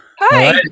Hi